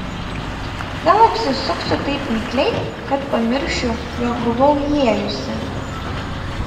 gal apsisuksiu taip mikliai kad pamiršiu jog buvau įėjusi